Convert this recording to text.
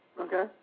Okay